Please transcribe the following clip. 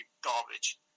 garbage